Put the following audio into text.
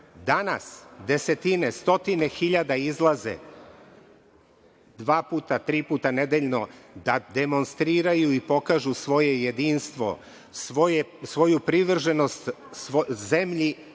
desetine, stotine hiljada izlaze dva-tri puta nedeljno da demonstriraju i pokažu svoje jedinstvo, svoju privrženost zemlji